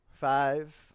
Five